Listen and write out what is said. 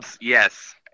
Yes